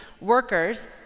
workers